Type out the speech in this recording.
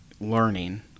learning